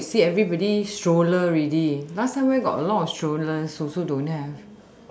now you see everybody stroller already last time where got a lot of strollers also don't have